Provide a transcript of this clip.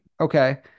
Okay